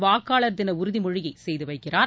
வாக்காளர் தின உறுதிமொழியை செய்து வைக்கிறார்